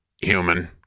human